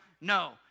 No